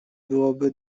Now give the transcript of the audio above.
byłoby